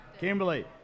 Kimberly